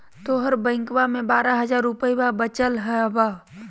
तोहर बैंकवा मे बारह हज़ार रूपयवा वचल हवब